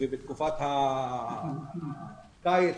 ובתקופת הקיץ,